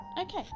Okay